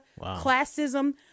classism